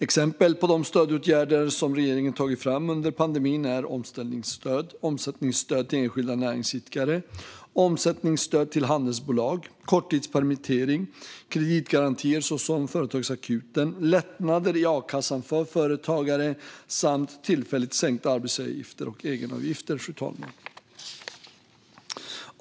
Exempel på de stödåtgärder som regeringen tagit fram under pandemin är omställningsstöd, omsättningsstöd till enskilda näringsidkare, omsättningsstöd till handelsbolag, korttidspermittering, kreditgarantier, såsom Företagsakuten, lättnader i a-kassan för företagare och tillfälligt sänkta arbetsgivaravgifter och egenavgifter.